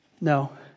No